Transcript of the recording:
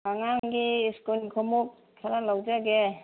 ꯑꯉꯥꯡꯒꯤ ꯁ꯭ꯀꯨꯜ ꯈꯣꯡꯎꯞ ꯈꯔ ꯂꯧꯖꯒꯦ